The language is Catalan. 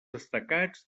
destacats